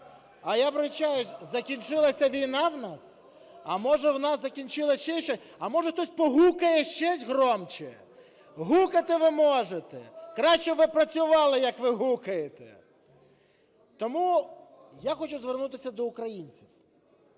А я питаюся, закінчилася війна в нас? А може в нас закінчилося ще щось? А може хтось погукає ще громче? Гукати ви можете, краще б ви працювали, як ви гукаєте. Тому я хочу звернутися до українців.